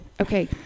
Okay